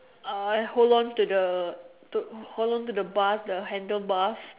uh hold on to the to hold on to the bars the handle bars